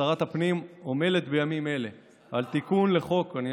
שרת הפנים עמלה בימים אלה על תיקון לחוק -- על מה?